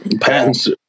patents